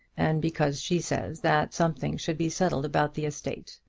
and because she says that something should be settled about the estate.